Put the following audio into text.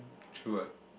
true what